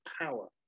power